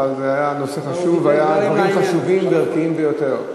אבל זה היה נושא חשוב והיו דברים חשובים וערכיים ביותר.